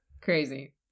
Crazy